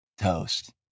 toast